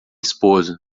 esposa